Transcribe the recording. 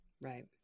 Right